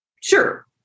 sure